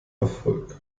erfolg